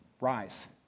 rise